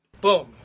Boom